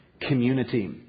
community